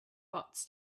bots